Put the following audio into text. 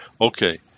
Okay